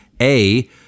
A-